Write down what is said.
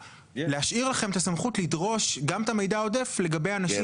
להשאיר לכם את הסמכות לדרוש גם את המידע העודף לגבי אנשים ספציפיים.